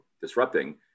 disrupting